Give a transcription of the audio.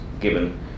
given